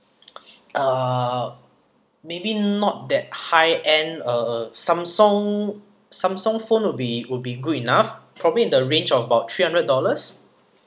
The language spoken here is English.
uh maybe not that high end uh Samsung Samsung phone would be would be good enough probably in the range of about three hundred dollars